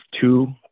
two